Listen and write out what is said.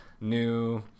new